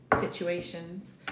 situations